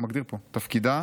הוא מגדיר פה: תפקידה